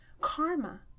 Karma